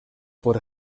por